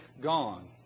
gone